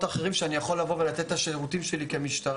אחרים שאני יכול לבוא ולתת את השירותים שלי כמשטרה.